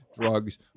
drugs